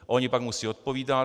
A oni pak musí odpovídat.